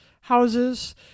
houses